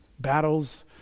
battles